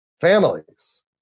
families